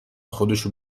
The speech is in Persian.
خودشو